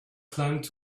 climbed